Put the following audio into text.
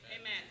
Amen